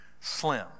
slim